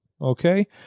okay